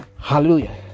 hallelujah